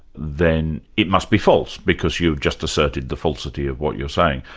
then it must be false, because you've just asserted the falsity of what you're saying.